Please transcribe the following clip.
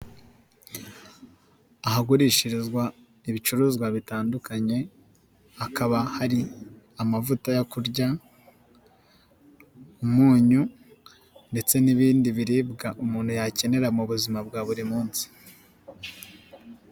Ahagurishirizwa ibicuruzwa bitandukanye hakaba hari amavuta yo kurya, umunyu ndetse n'ibindi biribwa umuntu yakenera mu buzima bwa buri munsi.